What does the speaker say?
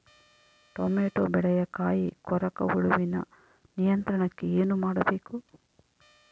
Tomato ಬೆಳೆಯ ಕಾಯಿ ಕೊರಕ ಹುಳುವಿನ ನಿಯಂತ್ರಣಕ್ಕೆ ಏನು ಮಾಡಬೇಕು?